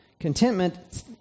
Contentment